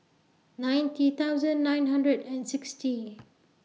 ninety thousand nine hundred and sixty